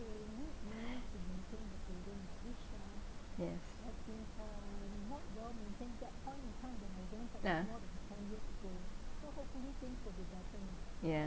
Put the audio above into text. yes ah ya